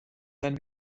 sein